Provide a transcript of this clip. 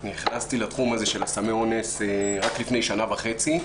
אני נכנסתי לתחום הזה של סמי אונס רק לפני שנה וחצי.